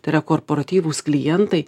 tai yra korporatyvūs klientai